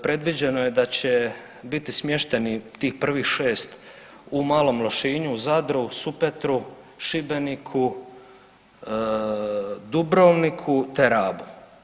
Predviđeno je da će biti smješteni tih prvih 6 u Malom Lošinju u Zadru, Supetru, Šibeniku, Dubrovniku, te Rabu.